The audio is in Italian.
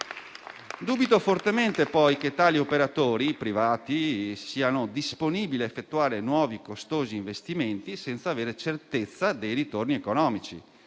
Dubito fortemente poi che tali operatori privati siano disponibili a effettuare nuovi e costosi investimenti senza avere certezza dei ritorni economici.